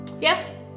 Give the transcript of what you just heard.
Yes